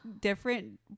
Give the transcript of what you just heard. different